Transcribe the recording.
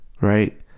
Right